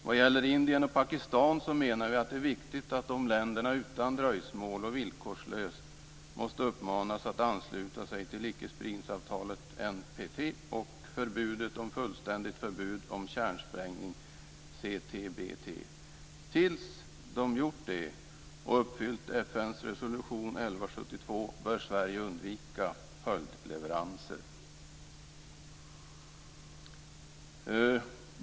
Vad gäller Indien och Pakistan menar vi att det är viktigt att dessa länder utan dröjsmål och villkorslöst måste uppmanas att ansluta sig till Ickespridningsfördraget, NPT, och Fördraget om fullständigt förbud mot kärnsprängningar, CTBT. Tills de gjort detta och uppfyllt FN:s resolution 1172 bör Sverige undvika följdleveranser.